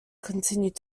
continued